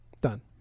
done